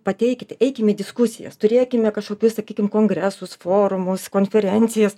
pateikite eikim į diskusijas turėkime kažkokius sakykim kongresus forumus konferencijas